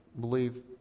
believe